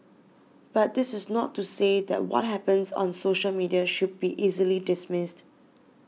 but this is not to say that what happens on social media should be easily dismissed